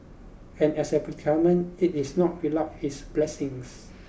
and as a predicament it is not without its blessings